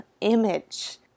image